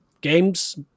games